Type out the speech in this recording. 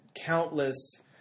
countless